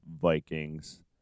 vikings